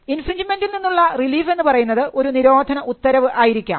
ഇൻഫ്രിൻജ്മെൻറിൽ നിന്നുള്ള റിലീഫ് എന്ന് പറയുന്നത് ഒരു നിരോധന ഉത്തരവ് ആയിരിക്കാം